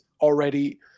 already